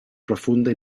profunda